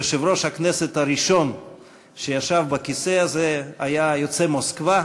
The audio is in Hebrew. יושב-ראש הכנסת הראשון שישב בכיסא הזה היה יוצא מוסקבה,